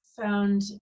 found